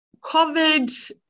COVID